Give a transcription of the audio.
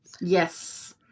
Yes